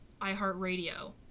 iHeartRadio